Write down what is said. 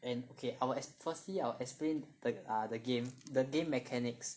and okay I will ex~ firstly I'll explain the err the game the game mechanics